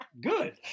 Good